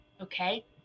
okay